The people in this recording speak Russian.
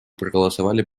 проголосовали